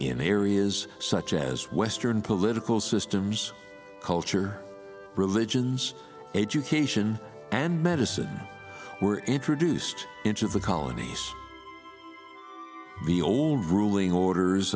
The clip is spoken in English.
in areas such as western political systems culture religions education and medicine were introduced into the colonies the old ruling orders